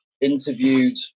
interviewed